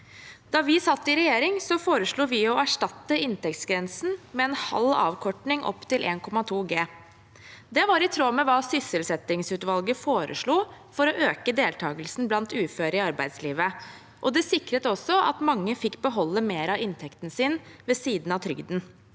Da vi satt i regjering, foreslo vi å erstatte inntektsgrensen med en halv avkorting opp til 1,2 G. Det var i tråd med hva sysselsettingsutvalget foreslo for å øke deltakelsen blant uføre i arbeidslivet, og det sikret også at mange fikk beholde mer av inntekten sin ved siden av trygden.